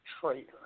Traitor